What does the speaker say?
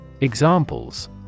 Examples